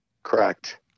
Correct